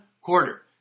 quarter